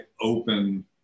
open